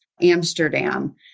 Amsterdam